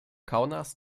kaunas